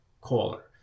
caller